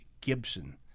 Gibson